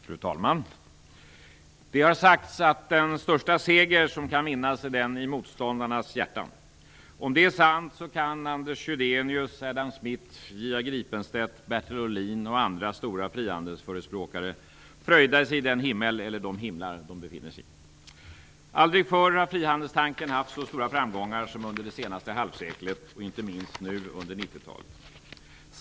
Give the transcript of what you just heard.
Fru talman! Det har sagts att den största seger som kan vinnas är den i motståndarnas hjärtan. Om det är sant kan Anders Chydenius, Adam Smith, J. A. Gripenstedt, Bertil Ohlin och andra stora frihandelsförespråkare fröjda sig i den himmel eller de himlar de befinner sig i. Aldrig förr har frihandelstanken haft så stora framgångar som under det senaste halvseklet och inte minst nu under 90-talet.